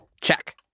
Check